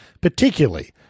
particularly